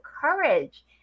courage